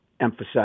emphasize